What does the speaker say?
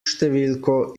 številko